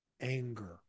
anger